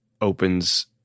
opens